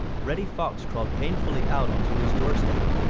reddy fox crawled painfully out onto his doorstep.